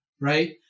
Right